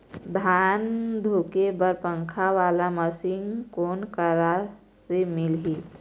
धान धुके बर पंखा वाला मशीन कोन करा से मिलही?